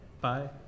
Bye